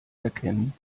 erkennen